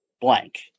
blank